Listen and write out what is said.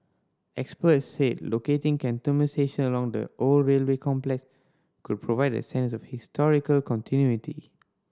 experts said locating Cantonment station along the old railway complex could provide a sense of historical continuity